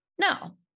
No